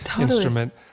instrument